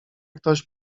ktoś